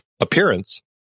appearance